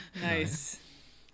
Nice